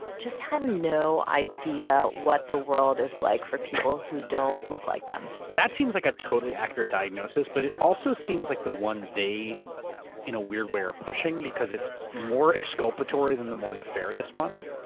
just have no idea what the world is like for people who don't look like them. that seems like a totally accurate diagnosis but it also seems like the one they in a weird way are pushing. because it's more exculpatory than the more nefarious one.